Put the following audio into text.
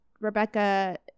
Rebecca